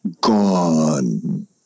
gone